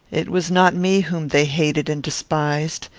it was not me whom they hated and despised.